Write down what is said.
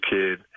kid